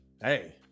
hey